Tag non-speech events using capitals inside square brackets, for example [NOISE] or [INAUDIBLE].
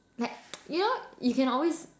like [NOISE] you know you can always